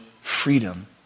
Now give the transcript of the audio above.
freedom